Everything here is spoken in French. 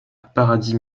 paradis